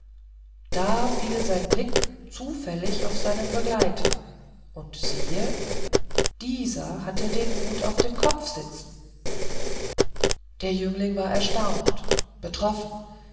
da fiel sein blick zufällig auf seinen begleiter und siehe dieser hatte den hut auf dem kopf sitzen der jüngling war erstaunt betroffen